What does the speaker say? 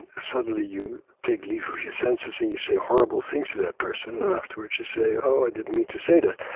suddenly you take leave of your senses and you say horrible things to that person. and afterwards, you say, oh, i didn't mean to say that.